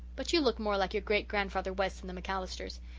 but you look more like your great grandfather west than the macallisters.